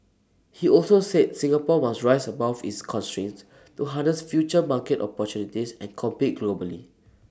he also said Singapore must rise above its constraints to harness future market opportunities and compete globally